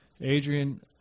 Adrian